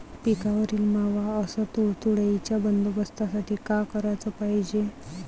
पिकावरील मावा अस तुडतुड्याइच्या बंदोबस्तासाठी का कराच पायजे?